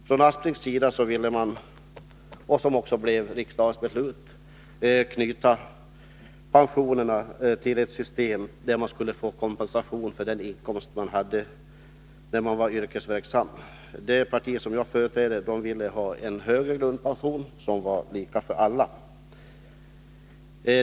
Socialdemokraterna ville — vilket också blev riksdagens beslut — knyta pensionerna till ett system där man fick kompensation för den inkomst som man hade när man var yrkesverksam. Det parti som jag företräder ville ha en högre grundpension som var lika för alla.